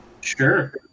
Sure